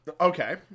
Okay